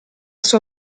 sua